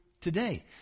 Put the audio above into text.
today